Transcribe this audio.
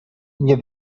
nie